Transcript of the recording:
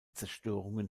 zerstörungen